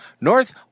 North